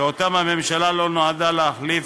שאותם הממשלה לא נועדה להחליף,